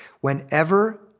whenever